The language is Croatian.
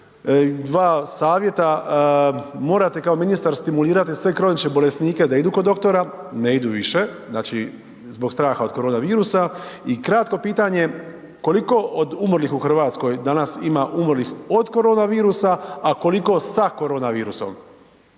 Dva savjeta, morate kao ministar stimulirati sve kronične bolesnike da idu kod doktora, ne idu više znači zbog straha od korona virusa i kratko pitanje koliko od umrlih u Hrvatskoj danas ima umrlih od korona virusa, a koliko sa korona virusom?